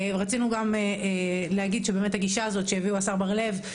רצינו גם להגיד שבאמת הגישה הזאת שהביאו השר בר לב,